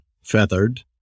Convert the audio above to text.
feathered